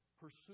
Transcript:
Pursue